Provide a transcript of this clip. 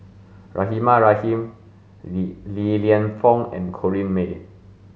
Rahimah Rahim Li Lienfung and Corrinne May